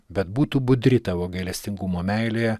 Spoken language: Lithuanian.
bet būtų budri tavo gailestingumo meilėje